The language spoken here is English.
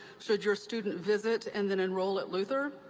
should your student visit and then enroll at luther,